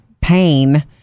pain